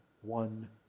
one